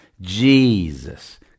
Jesus